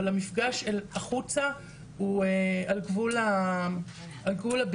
אבל המפגש של החוצה הוא על גבול הבלתי